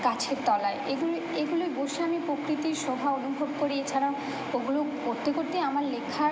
গাছের তলায় এগুলো এগুলোয় বসে আমি প্রকৃতির শোভা অনুভব করি এছাড়াও ওগুলো করতে করতেই আমার লেখার